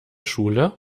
schule